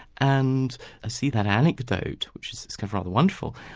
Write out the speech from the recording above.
and i see that anecdote, which is rather wonderful,